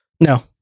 no